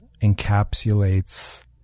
encapsulates